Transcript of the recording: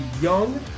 young